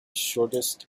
shortest